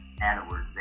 Edward